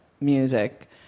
music